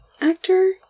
actor